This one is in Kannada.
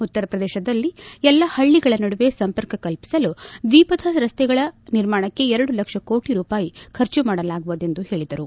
ಉತ್ತರ ಪ್ರದೇಶದಲ್ಲಿ ಎಲ್ಲಾ ಹಳ್ಳಿಗಳ ನಡುವೆ ಸಂಪರ್ಕ ಕಲ್ಪಿಸಲು ದ್ವಿಪಥ ರಸ್ತೆಗಳ ನಿರ್ಮಾಣಕ್ಕೆ ಎರಡು ಲಕ್ಷ ಕೋಟ ರೂಪಾಯಿ ಖರ್ಚು ಮಾಡಲಾಗುವುದು ಎಂದು ಹೇಳಿದರು